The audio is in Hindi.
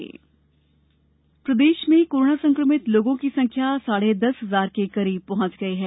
कोरोना प्रदेश प्रदेश में कोरोना संक्रमित लोगों की संख्या साढ़े दस हजार के करीब पहुॅच गई है